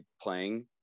playing